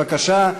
בבקשה.